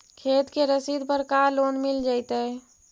खेत के रसिद पर का लोन मिल जइतै?